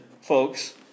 folks